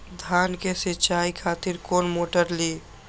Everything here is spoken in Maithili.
धान के सीचाई खातिर कोन मोटर ली?